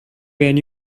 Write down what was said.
when